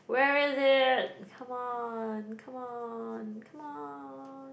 where is it come on come on come on